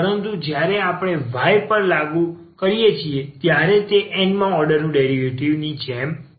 પરંતુ જ્યારે અમે આ y પર લાગુ કરીએ છીએ ત્યારે તે n મા ઓર્ડરના ડેરિવેટિવ ની જેમ છે